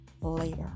later